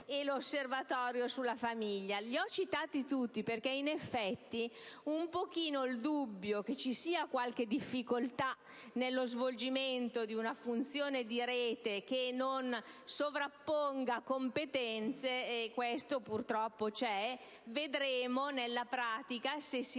e l'Osservatorio sulla famiglia. Li ho citati tutti, perché, in effetti, un po' c'è - purtroppo - il dubbio che ci sia qualche difficoltà nello svolgimento di una funzione di rete che non sovrapponga competenze. Vedremo nella pratica se si